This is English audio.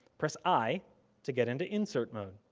press i to get into insert mode.